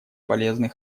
полезный